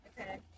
okay